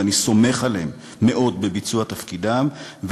ואני סומך עליהם מאוד בביצוע תפקידם,